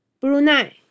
Brunei